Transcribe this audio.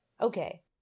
Okay